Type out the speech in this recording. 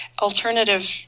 alternative